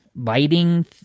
lighting